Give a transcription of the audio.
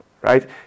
right